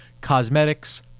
cosmetics